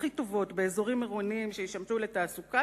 הכי טובות באזורים עירוניים שישמשו לתעסוקה,